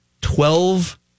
Twelve